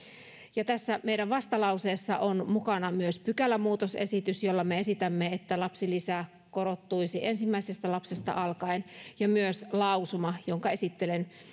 ja tässä meidän vastalauseessamme on mukana myös pykälämuutosesitys jolla me esitämme että lapsilisä korottuisi ensimmäisestä lapsesta alkaen ja myös lausuma jonka esittelen